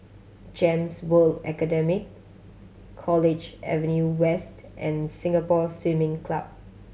GEMS World Academy College Avenue West and Singapore Swimming Club